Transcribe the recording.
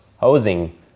housing